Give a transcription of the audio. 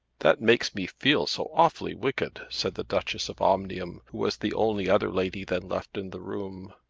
that makes me feel so awfully wicked, said the duchess of omnium, who was the only other lady then left in the room.